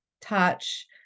touch